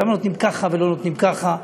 ולמה נותנים ככה ולא נותנים ככה?